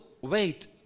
wait